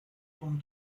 con